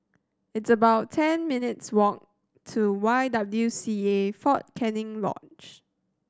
it's about ten minutes' walk to Y W C A Fort Canning Lodge